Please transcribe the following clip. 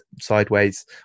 sideways